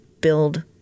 build –